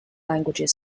languages